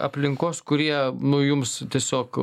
aplinkos kurie jums tiesiog